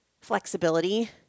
flexibility